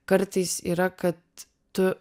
kartais yra kad tu